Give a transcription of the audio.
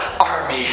army